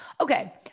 Okay